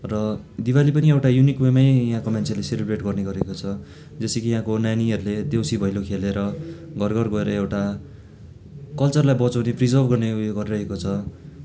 र दिवाली पनि एउटा युनिक उयोमै यहाँको मान्छेहरूले सेलिब्रेट गर्ने गरेको छ जस्तै कि यहाँको नानीहरूले देउसी भैलो खेलेर घर घर गएर एउटा कल्चरलाई बचाउने प्रिजर्भ गर्ने उयो गरिरहेको छ